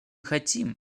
хотим